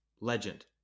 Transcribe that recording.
legend